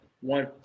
one